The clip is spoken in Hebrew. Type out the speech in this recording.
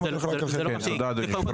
למה ללכת רק על חלק?